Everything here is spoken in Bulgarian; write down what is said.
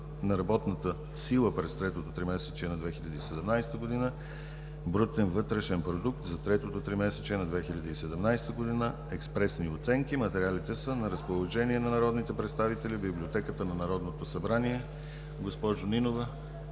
на работната сила през третото тримесечие на 2017 г.; брутен вътрешен продукт за третото тримесечие на 2017 г.; експресни оценки. Материалите са на разположение на народните представители в Библиотеката на Народното събрание. Госпожо Нинова,